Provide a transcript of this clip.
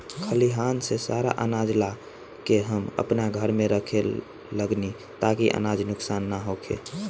खलिहान से सारा आनाज ला के हम आपना घर में रखे लगनी ताकि अनाज नुक्सान ना होखे